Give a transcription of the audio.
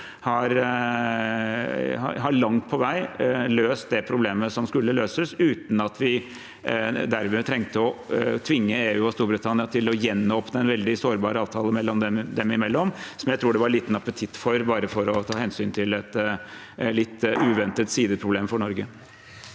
langt på vei har løst det problemet som skulle løses, uten at vi derved trengte å tvinge EU og Storbritannia til å gjenåpne en veldig sårbar avtale dem imellom, noe som jeg tror det var liten appetitt på bare for å ta hensyn til et litt uventet sideproblem for Norge.